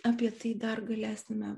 apie tai dar galėsime